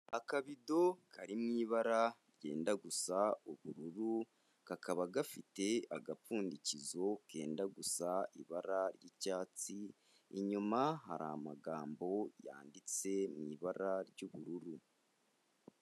Akabido kari mu ibara ryenda gusa ubururu, kakaba gafite agapfundikizo kenda gusa ibara ry'icyatsi, inyuma hari amagambo yanditse mu ibara ry'ubururu.